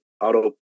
auto